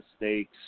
mistakes